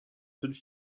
fünf